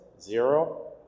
zero